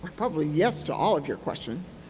probably yes to all of your questions.